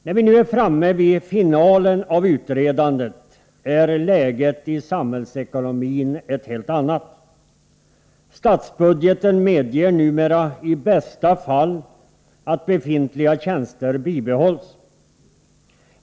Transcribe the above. När vi nu är framme i finalen av utredandet är läget i samhällsekonomin ett helt annat. Statsbudgeten medger numera i bästa fall att befintliga tjänster bibehålls.